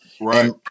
right